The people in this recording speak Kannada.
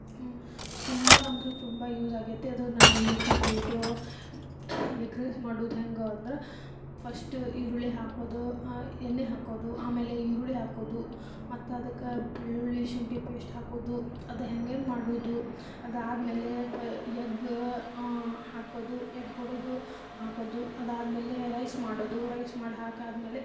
ತುಂಬ ಅಂದ್ರೆ ತುಂಬ ಯೂಸ್ ಆಗೈತಿ ಅದು ನನ್ನ ಯೂಟೂಬ್ ವೀಡ್ಯೋ ಎಗ್ ರೈಸ್ ಮಾಡೋದು ಹೆಂಗೆ ಅಂದ್ರೆ ಫಶ್ಟ್ ಈರುಳ್ಳಿ ಹಾಕೋದು ಎಣ್ಣೆ ಹಾಕೋದು ಆಮೇಲೆ ಈರುಳ್ಳಿ ಹಾಕೋದು ಮತ್ತು ಅದಕ್ಕೆ ಬೆಳ್ಳುಳ್ಳಿ ಶುಂಠಿ ಪೇಶ್ಟ್ ಹಾಕೋದು ಅದು ಹೆಂಗೆಂಗೆ ಮಾಡೋದು ಅದಾದಮೇಲೆ ಎಗ್ ಹಾಕೋದು ಎಗ್ ಕೊಡೋದು ಹಾಕೋದು ಅದಾದಮೇಲೆ ರೈಸ್ ಮಾಡೋದು ರೈಸ್ ಮಾಡಿ ಹಾಕಾದಮೇಲೆ